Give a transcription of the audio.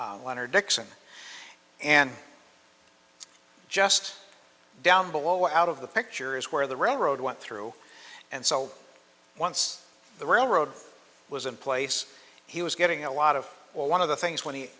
dixon and just down below out of the picture is where the railroad went through and so once the railroad was in place he was getting a lot of well one of the things when he